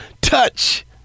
touch